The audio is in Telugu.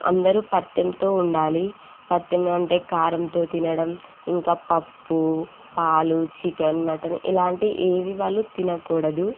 అందరు పత్యంతో ఉండాలి పత్యం అంటే కారంతో తినడం ఇంకా పప్పు పాలు చికెన్ మటన్ ఇలాంటి ఏవి వాళ్ళు తినకూడదు